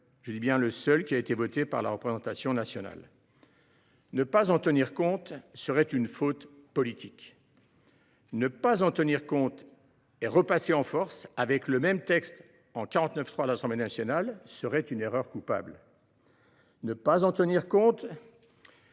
est le seul qui a été voté par la représentation nationale. Ne pas en tenir compte serait une faute politique. Ne pas en tenir compte et repasser en force, avec le même texte, par le biais du 49.3 à l’Assemblée nationale, serait une erreur coupable. Ne pas en tenir compte